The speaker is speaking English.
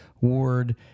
word